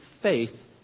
faith